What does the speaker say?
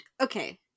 Okay